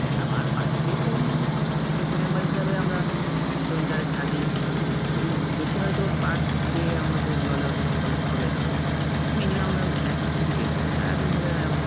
হ্যাঁ আমার বাড়িতে যেমন বাড়িতে মেম্বার হিসাবে আমরা জোন চারেক থাকি এছ খুব বেশি হয়তো পার ডে আমাদের জলে অতটা খরচ হবে না মিনিমাম একশো থেকে দেড়শো লিটার আপনি ধরেন অভাব